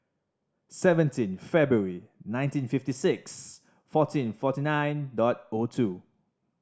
seventeen February nineteen fifty six fourteen forty nine dot O two